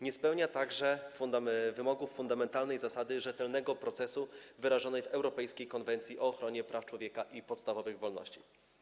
Nie spełnia także wymogów fundamentalnej zasady rzetelnego procesu, wyrażonej w europejskiej Konwencji o ochronie praw człowieka i podstawowych wolności.